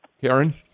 Karen